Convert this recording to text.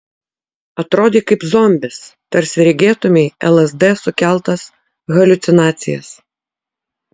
atrodei kaip zombis tarsi regėtumei lsd sukeltas haliucinacijas